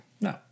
No